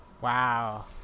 Wow